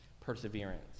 Perseverance